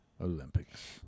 Olympics